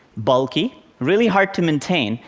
bulky, really hard to maintain,